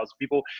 people